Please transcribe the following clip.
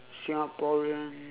singaporean